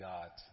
God